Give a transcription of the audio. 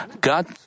God